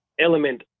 element